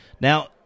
Now